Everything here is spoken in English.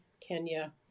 Kenya